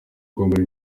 kwambara